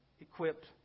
equipped